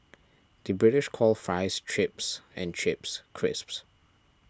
the British calls Fries Chips and Chips Crisps